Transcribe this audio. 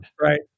Right